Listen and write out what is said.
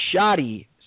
shoddy